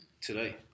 today